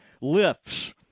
lifts